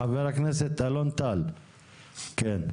חבר הכנסת אלון טל, כן?